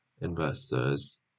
investors